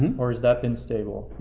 or is that been stable?